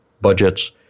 budgets